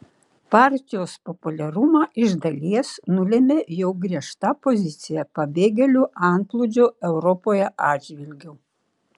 partijos populiarumą iš dalies nulėmė jo griežta pozicija pabėgėlių antplūdžio europoje atžvilgiu